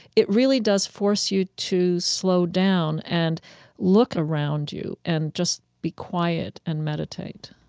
it really does force you to slow down and look around you and just be quiet and meditate